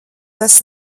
tas